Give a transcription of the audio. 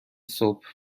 صبح